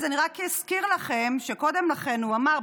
אז אני רק אזכיר לכם שקודם לכן הוא אמר,